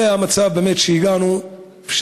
זה המצב באמת שהגענו אליו,